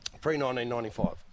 pre-1995